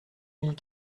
mille